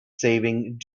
saving